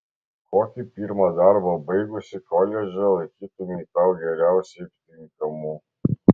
kokį pirmą darbą baigusi koledžą laikytumei tau geriausiai tinkamu